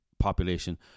population